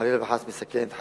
חלילה וחס מסכן את חייו.